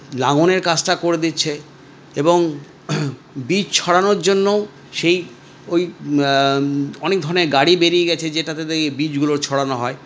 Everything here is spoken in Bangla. লাঙলের কাজটা করে দিচ্ছে এবং বীজ ছড়ানোর জন্যও সেই ওই অনেক ধরনের গাড়ি বেরিয়ে গেছে যেটাতে দিয়ে বীজগুলো ছড়ানো হয়